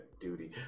Duty